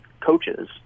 coaches